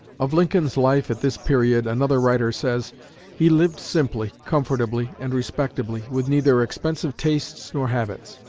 of lincoln's life at this period, another writer says he lived simply, comfortably, and respectably, with neither expensive tastes nor habits.